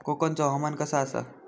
कोकनचो हवामान कसा आसा?